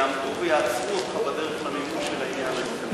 יעמדו ויעצרו אותך בדרך למימוש של העניין הזה.